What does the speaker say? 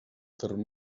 terme